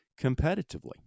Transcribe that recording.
competitively